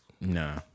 Nah